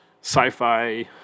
sci-fi